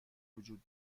وجود